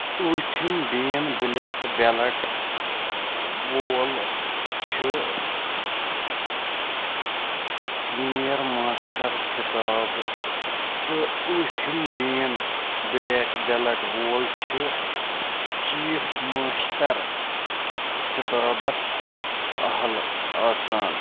ٲٹھِم dan black belt وول چھِ senior master خِطابہٕ تہٕ ٲٹِھم ڈین بُلیک بیٚلٹ وول چھِ چیٖف ماسٹر خِطابس اہل آسان